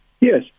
Yes